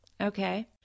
okay